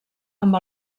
amb